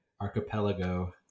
archipelago